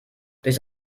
durch